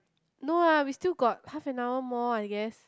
no lah we still got half an hour more I guess